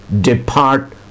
depart